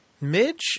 Midge